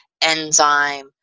enzyme